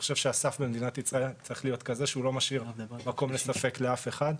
הסף במדינת ישראל צריך להיות כזה שלא משאיר מקום לספק לאף אחד.